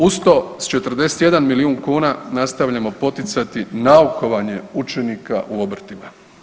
Uz to, s 41 milijun kuna nastavljamo poticati naukovanje učenika u obrtima.